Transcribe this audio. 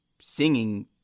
singing